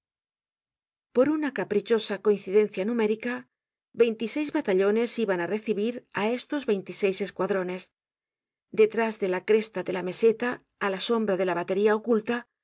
por una caprichosa coincidencia numérica veintiseis batallones iban á recibir á estos veintiseis escuadrones detrás de la cresta de la me content from google book search generated at seta á la sombra de la batería oculta